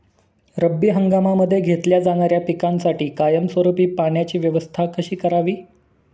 रब्बी हंगामामध्ये घेतल्या जाणाऱ्या पिकांसाठी कायमस्वरूपी पाण्याची व्यवस्था कशी करावी?